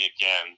again